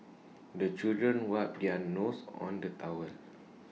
the children wipe their noses on the towel